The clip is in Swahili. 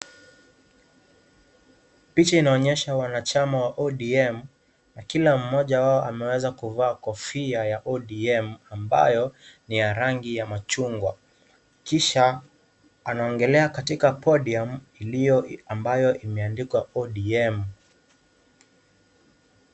Picha inaonyesha wana chama cha ODM na kila mmoja wao ameweza kuvaa kofia ya ODM ambayo ni ya rangi ya machungwa kisha anaongelea katika podium ambayo imeandikwa ODM.